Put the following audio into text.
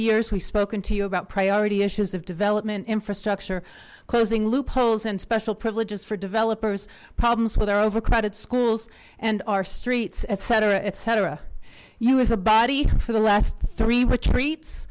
years we've spoken to you about priority issues of development infrastructure closing loopholes and special privileges for developers problems with our overcrowded schools and our streets etc etc you as a body for the last three retreats